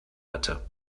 hatte